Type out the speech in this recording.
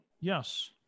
Yes